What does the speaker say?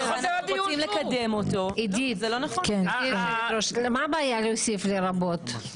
עידית, מה הבעיה להוסיף 'לרבות'?